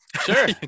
sure